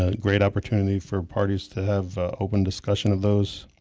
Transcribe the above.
ah great opportunity for parties to have open discussion of those.